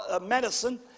medicine